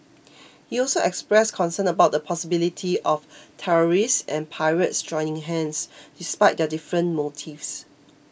he also expressed concern about the possibility of terrorists and pirates joining hands despite their different motives